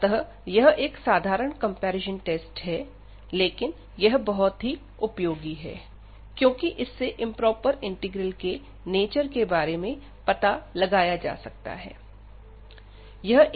अतः यह एक साधारण कंपैरिजन टेस्ट है लेकिन यह बहुत ही उपयोगी है क्योंकि इससे इंप्रोपर इंटीग्रल के नेचर के बारे में पता लगाया जा सकता है